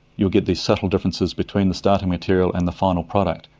you'll get these subtle differences between the starting material and the final product.